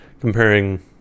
comparing